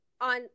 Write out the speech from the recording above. on